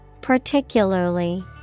particularly